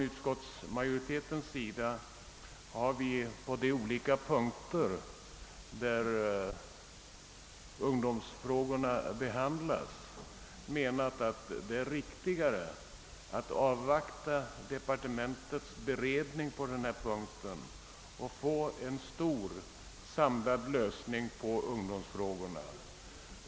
Utskottsmajoriteten har på de olika punkter där ungdomsfrågorna behandlas ansett det vara riktigast att avvakta departementets beredning för att få en stor, samlad lösning av ungdomsfrågorna.